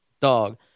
dog